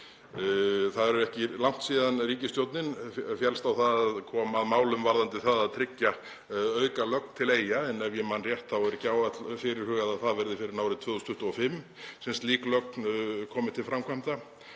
Það er ekki langt síðan ríkisstjórnin féllst á að koma að málum varðandi það að tryggja aukalögn til Eyja en ef ég man rétt er ekki fyrirhugað að það verði fyrr en árið 2025 sem slík lögn komi til framkvæmda